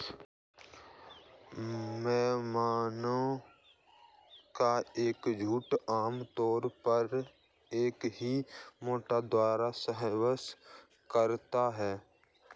मेमने का एक झुंड आम तौर पर एक ही मेढ़े द्वारा सहवास करता है